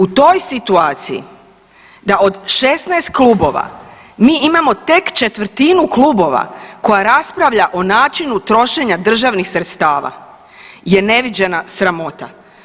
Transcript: U toj situaciji da od 16 klubova mi imamo tek četvrtinu klubova koja raspravlja o načinu trošenja državnih sredstava je neviđena sramota.